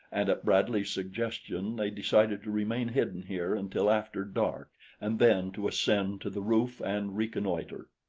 and at bradley's suggestion they decided to remain hidden here until after dark and then to ascend to the roof and reconnoiter.